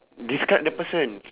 describe the person